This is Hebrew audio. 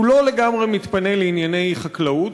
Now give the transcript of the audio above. שהוא לא לגמרי מתפנה לענייני חקלאות.